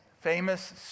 famous